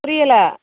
புரியல